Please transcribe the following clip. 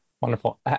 Wonderful